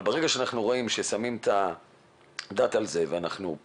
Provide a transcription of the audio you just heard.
אבל ברגע שאנחנו רואים ששמים את הדעת על זה ופועלים